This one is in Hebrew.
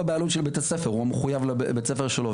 הבעלות של בית הספר הוא מחויב לבית הספר שלו,